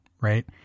right